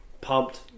pumped